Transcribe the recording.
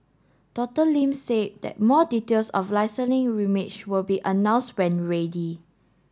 Doctor Lim said that more details of will be announced when ready